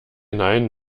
nein